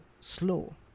slow